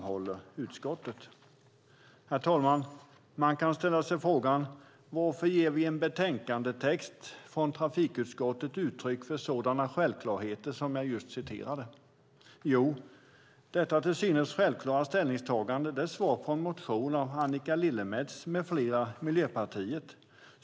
Herr talman! Man kan fråga sig varför vi i trafikutskottet i en betänkandetext ger uttryck för sådana självklarheter som jag nyss citerat. Jo, detta till synes självklara ställningstagande är svaret på en motion från Annika Lillemets med flera från Miljöpartiet.